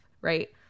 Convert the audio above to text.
right